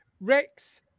Rex